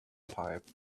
pipe